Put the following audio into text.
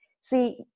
See